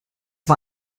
war